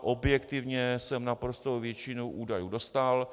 Objektivně jsem naprostou většinu údajů dostal.